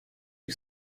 you